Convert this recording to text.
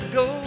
go